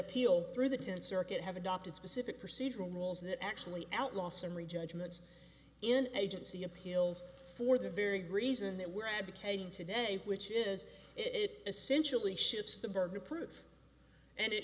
appeal through the tenth circuit have adopted specific procedural rules that actually outlaw summary judgments in agency appeals for the very reason that we're advocating today which is it essentially ships the burden of proof and it